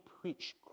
preach